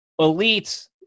elites